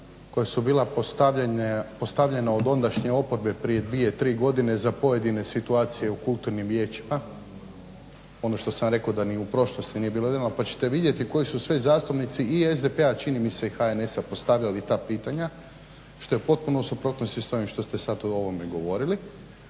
koja su bila postavljena od ondašnje oporbe prije dvije, tri godine za pojedine situacije u kulturnim vijećima, ono što sam rekao da nije ni u prošlosti bilo, jedino pa ćete vidjeti koji su sve zastupnici i SDP-a čini mi se i HNS-a postavljali ta pitanja, što je potpuno u suprotnosti s ovim što ste sada o ovome govorili.